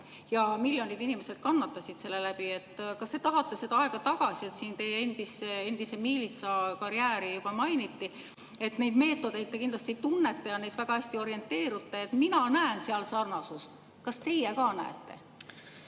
ja miljonid inimesed kannatasid selle tõttu. Kas te tahate seda aega tagasi? Teie endist miilitsakarjääri juba mainiti. Neid meetodeid te kindlasti tunnete ja neis väga hästi orienteerute. Mina näen seal sarnasust. Kas teie ka näete?